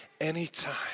anytime